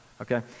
okay